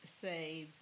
say